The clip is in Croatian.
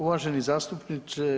Uvaženi zastupniče.